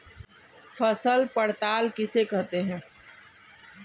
फसल पड़ताल किसे कहते हैं?